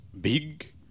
big